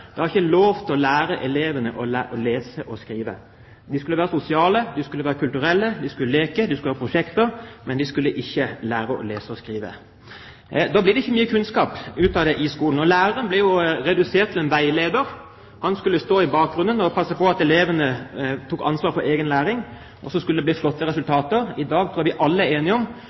Dere har ikke lov til å lære elevene å lese og skrive. De skulle være sosiale, de skulle være kulturelle, de skulle leke, det skulle være prosjekter, men de skulle ikke lære å lese og skrive. Da ble det ikke mye kunnskap i skolen, og læreren ble redusert til en veileder. Han skulle stå i bakgrunnen og passe på at elevene tok ansvar for egen læring, og så skulle det bli flotte resultater. I dag tror jeg vi alle er enige om